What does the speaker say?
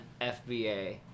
FBA